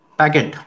packet